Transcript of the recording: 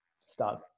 start